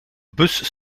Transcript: bus